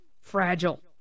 fragile